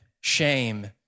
shame